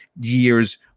years